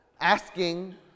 asking